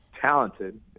talented